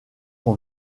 son